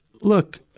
look